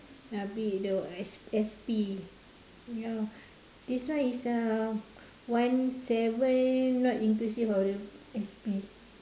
uh bill the S S_P ya this one is uh one seven not inclusive of the S_P